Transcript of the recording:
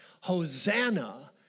Hosanna